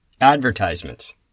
advertisements